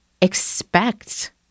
expect